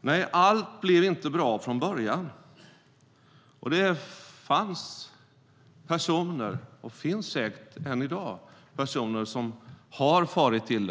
Nej, allt blev inte bra från början. Det fanns och finns säkert än i dag personer som har farit illa.